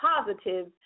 positive